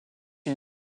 une